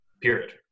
period